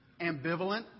ambivalent